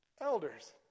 elders